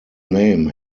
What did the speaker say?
name